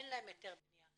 אין להם היתר בניה.